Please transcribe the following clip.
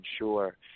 ensure